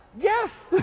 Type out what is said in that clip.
Yes